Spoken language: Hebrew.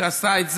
שעשתה את זה,